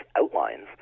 outlines